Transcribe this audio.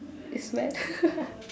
it's wet